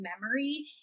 memory